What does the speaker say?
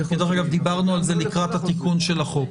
דיברנו על זה לקראת התיקון של החוק.